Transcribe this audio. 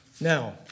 Now